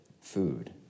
food